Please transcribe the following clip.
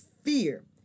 fear